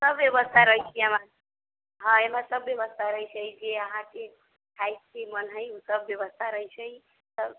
सब व्यवस्था रखैत छी हम अहाँकेँ हँ एमहर सब व्यवस्था रहैत छै इसलिए अहाँकेँ जे खायके मन है सब व्यवस्था रहैत छै सब